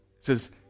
says